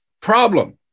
problem